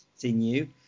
continue